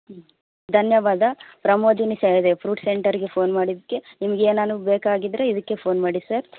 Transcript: ಹ್ಞೂ ಧನ್ಯವಾದ ಪ್ರಮೋದಿನಿ ಫ್ರೂಟ್ ಸೆಂಟರಿಗೆ ಫೋನ್ ಮಾಡಿದ್ದಕ್ಕೆ ನಿಮ್ಗೆ ಏನಾರೂ ಬೇಕಾಗಿದ್ದರೆ ಇದಕ್ಕೇ ಫೋನ್ ಮಾಡಿ ಸರ್